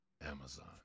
Amazon